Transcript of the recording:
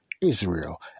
Israel